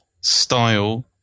Style